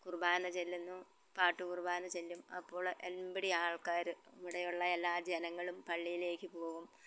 കുറുബാന ചെല്ലുന്നു പാട്ടുകുറുബാന ചെല്ലും അപ്പോൾ എമ്പടി ആൾക്കാർ ഇവിടെയൊള്ള എല്ലാ ജനങ്ങളും പളളിയിലേക്ക് പോകും